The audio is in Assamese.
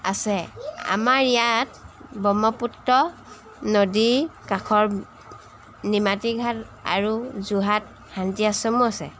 আছে আমাৰ ইয়াত ব্ৰহ্মপুত্ৰ নদী কাষৰ নিমাতীঘাট আৰু যোৰহাট শান্তি আশ্ৰমো আছে